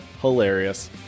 Hilarious